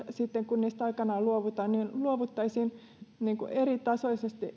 sitten kun näistä rajoituksista aikanaan luovutaan luovuttaisiin eritasoisesti